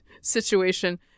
situation